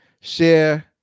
share